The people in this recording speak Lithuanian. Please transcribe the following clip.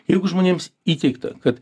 jeigu žmonėms įteigta kad